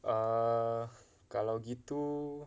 err kalau gitu